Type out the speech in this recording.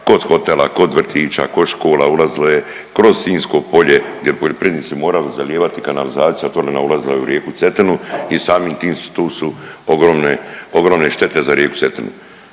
kod hotela, kod vrtića, kod škola, ulazilo je kroz Sinjsko polje gdje poljoprivrednici moraju zalijevati, kanalizacija otvorena ulazila je u rijeku Cetinu i samim tim tu su ogromne, ogromne štete za rijeku Cetinu.